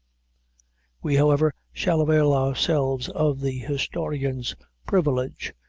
we, however, shall avail ourselves of the historian's privilege,